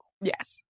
Yes